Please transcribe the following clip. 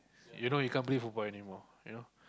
you know you can't play football anymore you know